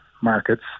markets